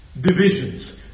Divisions